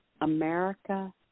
America